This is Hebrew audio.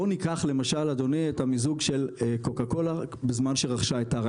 בוא ניקח למשל אדוני את המיזוג של קוקה קולה בזמן שרכשה את טרה.